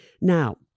Now